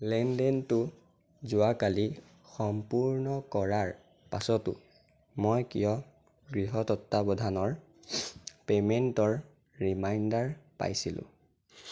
লেনদেনটো যোৱাকালি সম্পূৰ্ণ কৰাৰ পাছতো মই কিয় গৃহ তত্বাৱধানৰ পে'মেণ্টৰ ৰিমাইণ্ডাৰ পাইছিলো